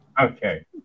Okay